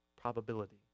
probability